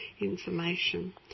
information